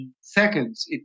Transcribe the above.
seconds